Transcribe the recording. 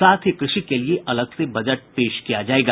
साथ ही कृषि के लिए अलग से बजट पेश किया जायेगा